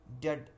dead